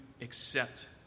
accept